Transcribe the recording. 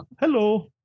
hello